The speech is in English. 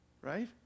right